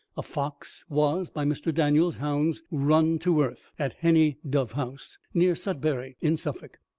a fox was, by mr. daniel's hounds, run to earth, at heney dovehouse, near sudbury, in suffolk.